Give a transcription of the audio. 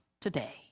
today